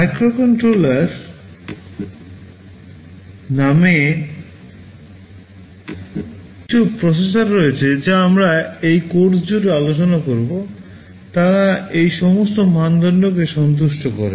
microcontroller নামে কিছু processor রয়েছে যা আমরা এই কোর্স জুড়ে আলোচনা করব তারা এই সমস্ত মানদণ্ডকে সন্তুষ্ট করে